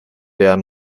der